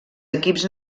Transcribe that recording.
equips